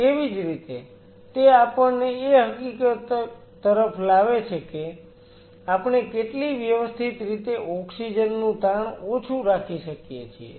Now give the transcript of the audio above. તેવી જ રીતે તે આપણને એ હકીકત તરફ લાવે છે કે આપણે કેટલી વ્યવસ્થિત રીતે ઓક્સિજન નું તાણ ઓછું રાખી શકીએ છીએ